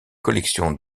collections